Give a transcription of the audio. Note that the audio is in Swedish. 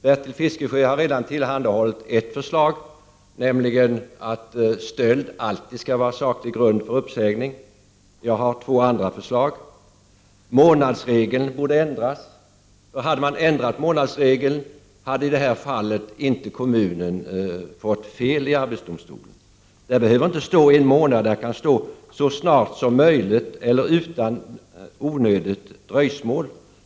Bertil Fiskesjö har redan tillhandahållit ett förslag, nämligen att stöld alltid skall utgöra saklig grund för uppsägning. Jag har två andra förslag. Månadsregeln borde ändras. Om man ändrat månadsregeln, hade kommunen inte i det här fallet blivit dömd i arbetsdomstolen. Det behöver inte stå ”en månad”, där kan stå ”så snart som möjligt” eller ”utan onödigt dröjsmål”.